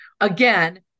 Again